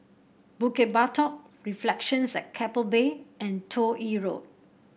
Bukit Batok Reflections at Keppel Bay and Toh Yi Road